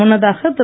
முன்னதாக திரு